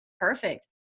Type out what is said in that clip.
perfect